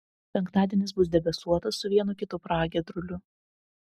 penktadienis bus debesuotas su vienu kitu pragiedruliu